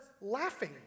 laughing